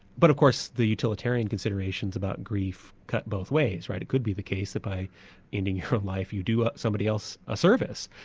but of course the utilitarian considerations about grief cut both ways, right, it could be the case that by ending from life, you do somebody else a service,